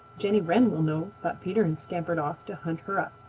jenny wren will know, thought peter and scampered off to hunt her up.